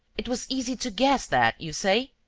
it was easy to guess that, you say?